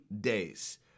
days